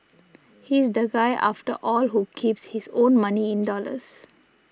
he is the guy after all who keeps his own money in dollars